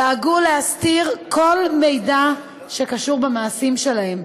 דאגו להסתיר כל מידע שקשור למעשים שלהם,